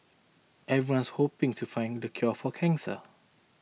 everyone's hoping to find the cure for cancer